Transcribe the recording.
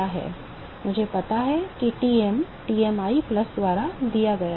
तो मुझे पता है कि Tm Tmi plus द्वारा दिया गया है